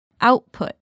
Output